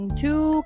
two